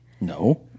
No